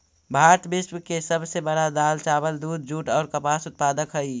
भारत विश्व के सब से बड़ा दाल, चावल, दूध, जुट और कपास उत्पादक हई